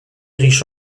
riche